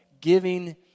giving